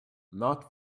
not